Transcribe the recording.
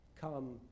come